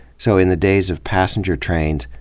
so, in the days of passenger trains,